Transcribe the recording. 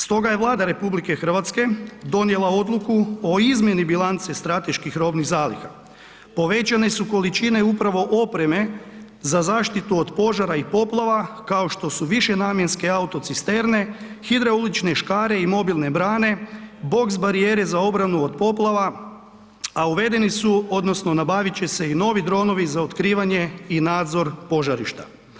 Stoga je Vlada RH donijela odluku o izmjeni bilance strateških robnih zaliha, povećane su količine upravo opreme za zaštitu od požara i poplava kao što su višenamjenske autocisterne, hidraulične škare i mobilne brane, box barijere za obranu od poplava a uvedeni su odnosno nabavit će se i novi dronovi za otkivanje i nadzor požarišta.